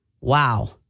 Wow